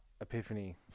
Epiphany